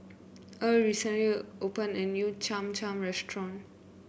Earl recently opened a new Cham Cham Restaurant